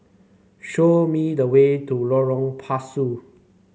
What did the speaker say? show me the way to Lorong Pasu